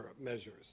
measures